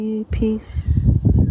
Peace